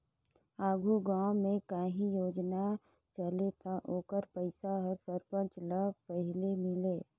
आघु गाँव में काहीं योजना चले ता ओकर पइसा हर सरपंच ल पहिले मिले